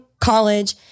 college